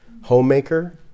homemaker